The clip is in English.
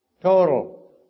Total